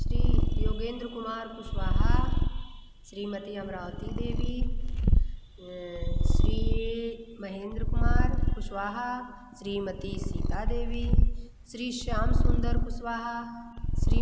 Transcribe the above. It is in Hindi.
श्री योगेंद्र कुमार कुशवाहा श्रीमती अमरावती देवी श्री महेंद्र कुमार कुशवाहा श्रीमती सीता देवी श्री श्याम सुंदर कुशवाहा श्री